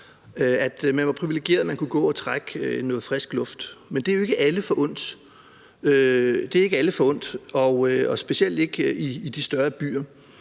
at man er privilegeret, når man kan gå og trække noget frisk luft. Men det er jo ikke alle forundt, og specielt ikke i de større byer,